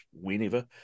whenever